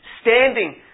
standing